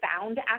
found